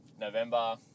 November